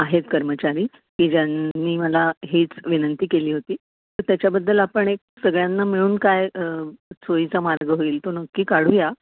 आहेत कर्मचारी की ज्यांनी मला हीच विनंती केली होती तर त्याच्याबद्दल आपण एक सगळ्यांना मिळून काय सोयीचा मार्ग होईल तो नक्की काढूया